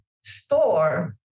store